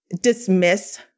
dismiss